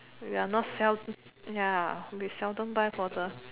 we are not sel~ ya we seldom buy for the